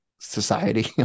society